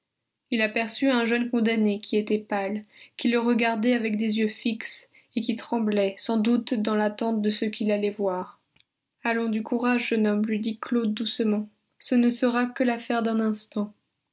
il aperçut un jeune condamné qui était pâle qui le regardait avec des yeux fixes et qui tremblait sans doute dans l'attente de ce qu'il allait voir allons du courage jeune homme lui dit claude doucement ce ne sera que l'affaire d'un instant